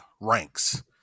ranks